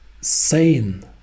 sane